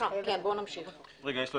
התקנות האלה יחולו גם על המועצות המקומיות,